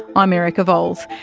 i'm erica vowles.